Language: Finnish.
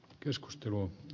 keskustelua